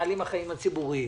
החיים הציבוריים.